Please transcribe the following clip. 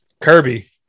Kirby